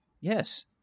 yes